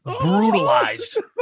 Brutalized